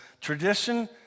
tradition